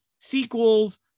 sequels